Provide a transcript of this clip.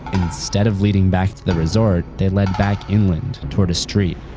and instead of leading back to the resort, they led back inland towards a street.